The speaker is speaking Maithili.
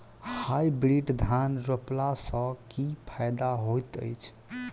हाइब्रिड धान रोपला सँ की फायदा होइत अछि?